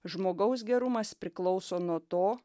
žmogaus gerumas priklauso nuo to